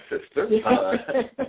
sister